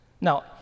Now